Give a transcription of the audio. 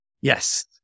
Yes